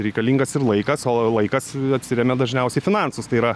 reikalingas ir laikas o laikas atsiremia dažniausiai į finansus tai yra